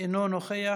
אינו נוכח,